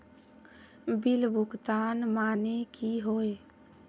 Bill भुगतान माने की होय?